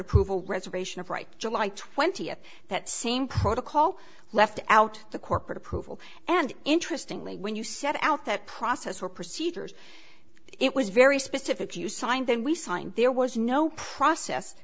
approval reservation of right july twentieth that same protocol left out the corporate approval and interesting lee when you set out that process for procedures it was very specific you signed then we signed there was no process